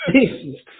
Jesus